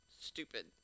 stupid